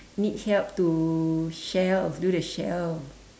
need help to shelve do the shelf